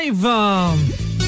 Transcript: Live